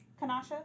Kanasha